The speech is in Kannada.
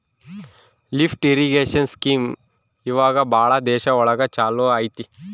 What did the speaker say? ಲಿಫ್ಟ್ ಇರಿಗೇಷನ್ ಸ್ಕೀಂ ಇವಾಗ ಭಾಳ ದೇಶ ಒಳಗ ಚಾಲೂ ಅಯ್ತಿ